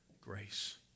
grace